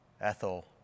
Ethel